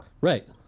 Right